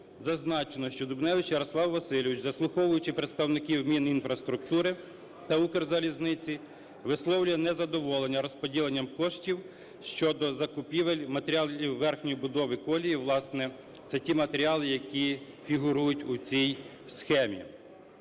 зазначено, що Дубневич Ярослав Васильович, заслуховуючи представників Мінінфраструктури та "Укрзалізниці", висловлює незадоволення розподіленням коштів щодо закупівель матеріалів верхньої будови колії. Власне, це ті матеріали, які фігурують у цій схемі.